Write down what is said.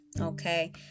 Okay